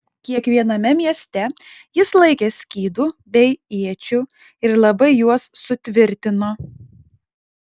kiekviename mieste jis laikė skydų bei iečių ir labai juos sutvirtino